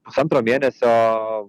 pusantro mėnesio